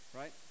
right